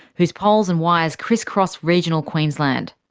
whose poles and wires criss-cross regional queensland.